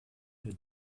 der